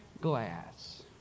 glass